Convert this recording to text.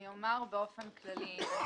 אני אומרת באופן כללי.